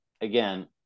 again